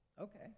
okay